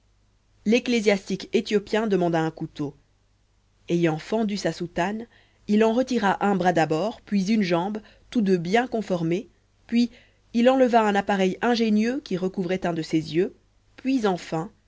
l'ecclésiastique éthiopien demanda un couteau ayant fendu sa soutane il en retira un bras d'abord puis une jambe tous deux bien conformés puis il enleva un appareil ingénieux qui recouvrait un de ses yeux puis enfin